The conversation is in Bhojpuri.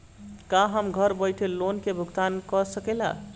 का हम घर बईठे लोन के भुगतान के शकेला?